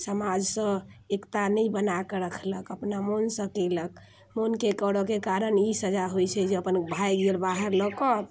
समाजसँ एकता नहि बनाकऽ रखलक अपना मोनसँ केलक मोनके करऽके कारण ई सजा होइ छै जे अपन भागि गेल बाहर लऽ कऽ